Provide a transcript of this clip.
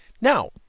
Now